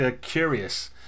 curious